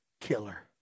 killer